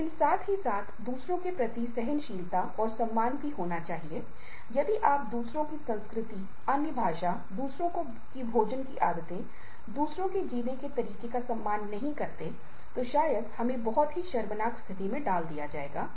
और इसके शीर्ष में कर्मचारी अपनी कठिनाइयों के बावजूद उत्पादकता दिखाने के लिए मजबूर हैं